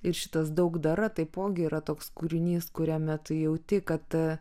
ir šitas daugdara taipogi yra toks kūrinys kuriame tu jauti kad